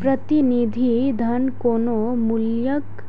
प्रतिनिधि धन कोनो मूल्यक